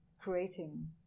creating